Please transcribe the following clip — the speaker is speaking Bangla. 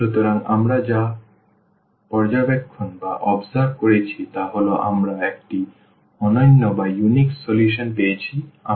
সুতরাং আমরা যা পর্যবেক্ষণ করেছি তা হল আমরা একটি অনন্য সমাধান পেয়েছি